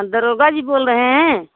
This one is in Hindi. दरोगा जी बोल रहे हैं